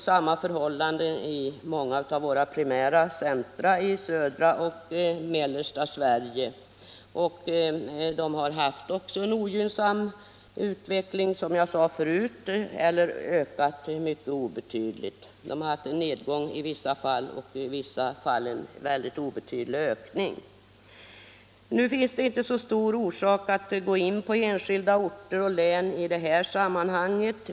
Samma förhållande gäller i många av våra primära centra i södra och mellersta Sverige. De har också i många fall haft en ogynnsam utveckling, som jag sade förut, eller i vissa fall ökat mycket obetydligt. Det har i vissa fall varit fråga om en nedgång och i vissa fall en obetydlig ökning. Det finns inte så stor orsak att gå in på enskilda orter och län i detta sammanhang.